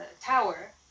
tower